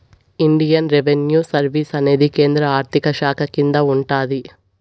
Indian revenue service అనేది కేంద్ర ఆర్థిక శాఖ కింద ఉంటాది